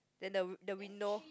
then the the window